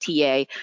TA